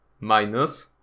minus